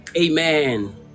Amen